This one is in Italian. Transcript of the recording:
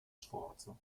sforzo